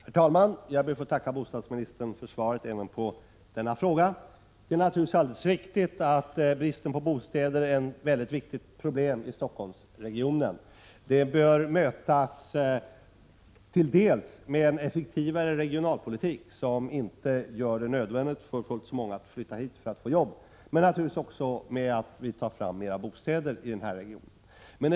Herr talman! Jag ber att få tacka bostadsministern även för svaret på denna fråga. Det är naturligtvis alldeles riktigt att bristen på bostäder är ett mycket viktigt problem i Stockholmsregionen. Det bör mötas dels med en effektivare regionalpolitik som inte gör det nödvändigt för fullt så många som tidigare att flytta hit för att få jobb, dels — naturligtvis — med ett framtagande av fler bostäder i den här regionen.